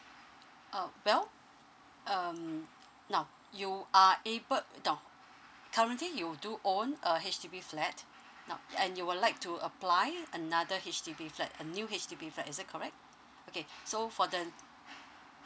uh well um now you are able currently you do own a H_D_B flat now and you will like to apply another H_D_B flat a new H_D_B flat is that correct okay so for the